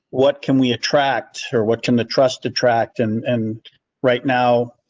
what can we attract or what can the trust attract and and right now.